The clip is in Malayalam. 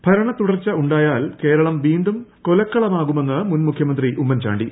ചാക്കോ ഭരണത്തുടർച്ച ഉണ്ടായാൽ കേരളം വീണ്ടും കൊലക്കളമാകുമെന്ന് മുൻ മുഖ്യമന്ത്രി ഉമ്മൻ ചാണ്ടി